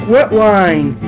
Wetline